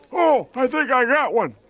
oh, i think i got one.